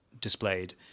displayed